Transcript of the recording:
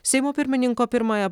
seimo pirmininko pirmąją